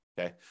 okay